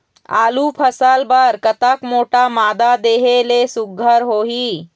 आलू फसल बर कतक मोटा मादा देहे ले सुघ्घर होही?